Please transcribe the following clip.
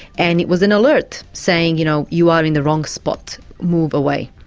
and it was an alert saying, you know, you are in the wrong spot, move away.